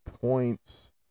points